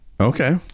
okay